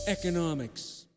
economics